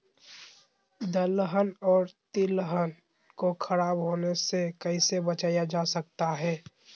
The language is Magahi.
दलहन और तिलहन को खराब होने से कैसे बचाया जा सकता है?